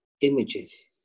images